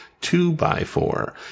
two-by-four